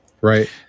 Right